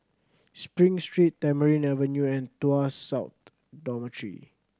Spring Street Tamarind Avenue and Tuas South Dormitory